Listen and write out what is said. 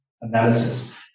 analysis